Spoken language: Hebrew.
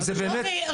אוקיי,